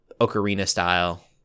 Ocarina-style